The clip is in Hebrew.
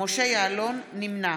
נמנע